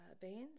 beans